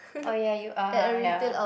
oh ya you are ya